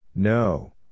No